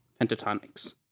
Pentatonics